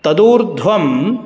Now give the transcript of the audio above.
तदूर्ध्वं